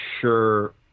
sure